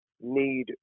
need